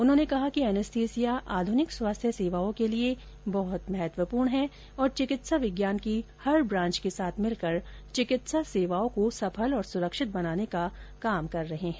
उन्होंने कहा कि एनेस्थीसिया आधुनिक स्वास्थ्य सेवाओं के लिए बहुत महत्वपूर्ण है और चिकित्सा विज्ञान की हर ब्रांच के साथ मिलकर चिकित्सा सेवाओं को सफल और सुरक्षित बनाने का कार्य कर रहे हैं